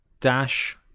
Dash